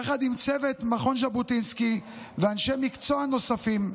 יחד עם צוות מכון ז'בוטינסקי ואנשי מקצוע נוספים,